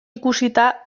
ikusita